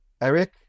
Eric